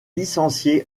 licencié